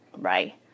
right